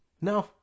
no